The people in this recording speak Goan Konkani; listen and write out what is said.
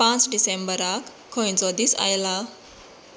पांच डिसेंबराक खंयचो दीस आयला